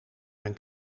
mijn